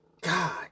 God